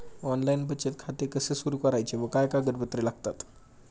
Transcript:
Online बचत खाते कसे सुरू करायचे व काय कागदपत्रे लागतात?